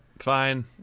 Fine